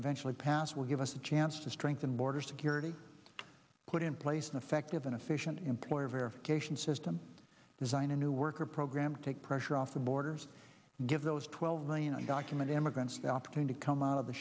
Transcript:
eventually pass will give us a chance to strengthen border security put in place and effective and efficient employer verification system design a new worker program take pressure off the borders give those twelve million doctor immigrants they opted to come out of the